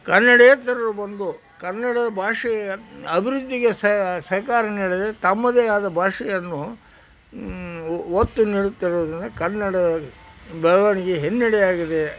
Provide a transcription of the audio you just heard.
ಕನ್ನಡೇತರರು ಬಂದು ಕನ್ನಡದ ಭಾಷೆಯ ಅಭಿವೃದ್ಧಿಗೆ ಸಹಕಾರ ನೀಡದೇ ತಮ್ಮದೇ ಆದ ಭಾಷೆಯನ್ನು ಒತ್ತು ನೀಡುತ್ತಿರುವುದರಿಂದ ಕನ್ನಡದ ಬೆಳವಣಿಗೆ ಹಿನ್ನಡೆಯಾಗಿದೆ